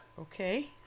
Okay